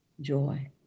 joy